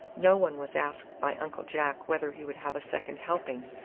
no one was asked by uncle jack whether he would have a second helping,